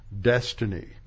destiny